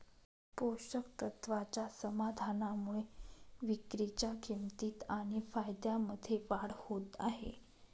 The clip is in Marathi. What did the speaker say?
पोषक तत्वाच्या समाधानामुळे विक्रीच्या किंमतीत आणि फायद्यामध्ये वाढ होत आहे